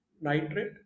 nitrate